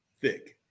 thick